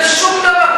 זה שום דבר.